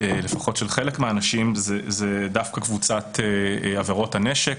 לפחות של חלק מהאנשים היא דווקא קבוצת עבירות הנשק,